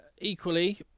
equally